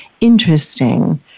interesting